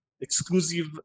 exclusive